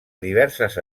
diverses